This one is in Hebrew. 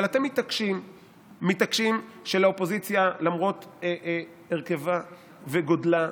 אבל אתם מתעקשים שלאופוזיציה, למרות הרכבה וגודלה,